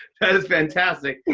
that is fantastic.